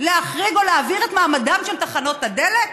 להחריג או לשנות את מעמדן של תחנות הדלק?